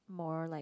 more like